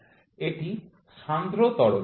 এটি সান্দ্র তরল